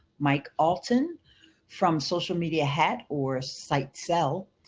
mike alton from social media hat or site sell.